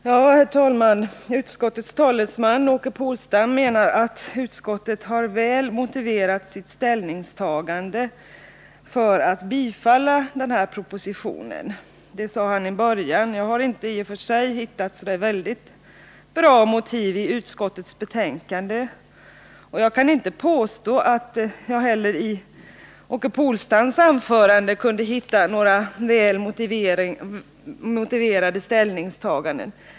Herr talman! Utskottets talesman Åke Polstam sade i början av sitt anförande att utskottet har väl motiverat sitt ställningstagande att tillstyrka propositionen. Jag har inte funnit några särskilt bra motiv i utskottets betänkande, och jag kan inte påstå att jag heller i Åke Polstams anförande kunde hitta några väl motiverade ställningstaganden.